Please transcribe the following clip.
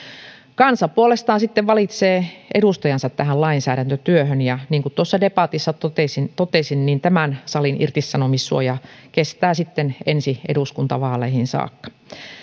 kansa puolestaan sitten valitsee edustajansa tähän lainsäädäntötyöhön ja niin kuin tuossa debatissa totesin totesin tämän salin irtisanomissuoja kestää sitten ensi eduskuntavaaleihin saakka